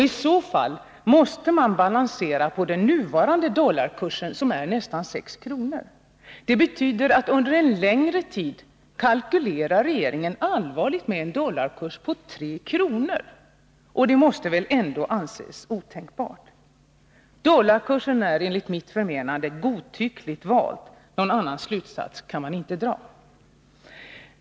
I så fall måste man basera det hela på den nuvarande dollarkursen, som är nästen 6 kr. Det betyder att under en längre tid kalkylerar regeringen allvarligt med en dollarkurs på 3 kr. Det måste väl ändå anses otänkbart. Dollarkursen är enligt mitt förmenande godtyckligt vald — någon annan slutsats kan man inte dra.